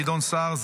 גדעון סער,